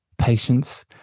patience